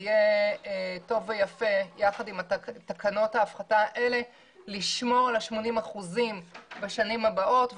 יהיה טוב ויפה יחד עם תקנות ההפחתה האלה לשמור על 80% בשנים הבאות,